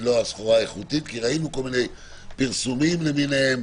לא הסחורה האיכותית כי ראינו כל מיני פרסומים למיניהם?